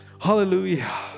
Hallelujah